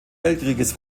weltkrieges